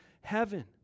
heaven